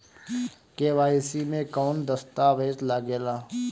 KYC मे कौन दश्तावेज लागेला?